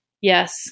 Yes